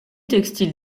textile